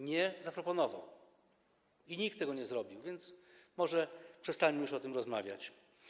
Nie zaproponował i nikt tego nie zrobił, a więc może przestańmy już o tym rozmawiać.